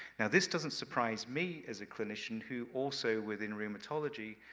now this doesn't surprise me as a clinician, who also within rheumatology,